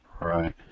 Right